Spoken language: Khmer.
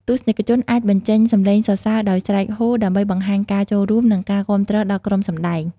ទស្សនិកជនអាចបញ្ចេញសំឡេងសរសើរដោយស្រែកហ៊ោ ដើម្បីបង្ហាញការចូលរួម និងការគាំទ្រដល់ក្រុមសម្តែង។